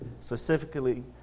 specifically